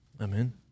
Amen